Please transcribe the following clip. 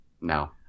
No